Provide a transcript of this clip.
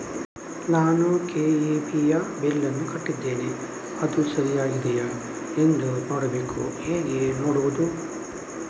ನಾನು ಕೆ.ಇ.ಬಿ ಯ ಬಿಲ್ಲನ್ನು ಕಟ್ಟಿದ್ದೇನೆ, ಅದು ಸರಿಯಾಗಿದೆಯಾ ಎಂದು ನೋಡಬೇಕು ಹೇಗೆ ನೋಡುವುದು?